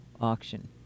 auction